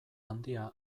handia